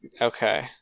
Okay